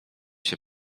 się